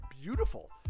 beautiful